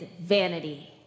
vanity